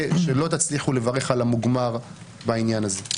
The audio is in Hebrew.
שלא תצליחו לברך על המוגמר בעניין הזה.